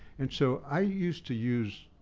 and so i used to use,